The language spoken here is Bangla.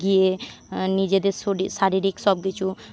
গিয়ে নিজেদের শরীর শারীরিক সবকিছু